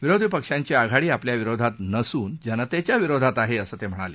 विरोधी पक्षांची आघाडी आपल्या विरोधात नसून जनतेच्या विरोधात आहे असं ते म्हणाले